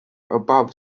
above